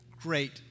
great